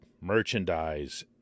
merchandise